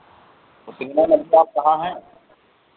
फिलहाल इस समय आप कहाँ हैं